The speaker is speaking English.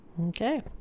Okay